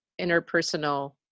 interpersonal